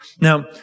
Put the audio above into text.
Now